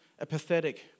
apathetic